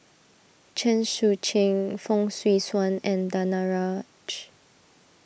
Chen Sucheng Fong Swee Suan and Danaraj